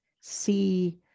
see